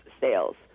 sales